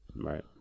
Right